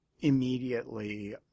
immediately